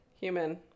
human